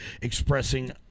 expressing